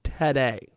Today